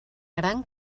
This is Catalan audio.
gran